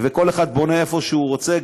וכל אחד בונה איפה שהוא רוצה,